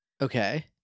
Okay